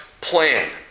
plan